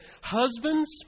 husbands